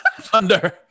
Thunder